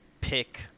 pick –